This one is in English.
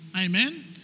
amen